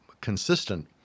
consistent